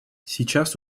сейчас